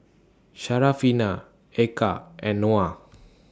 Syarafina Eka and Noah